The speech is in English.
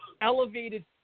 elevated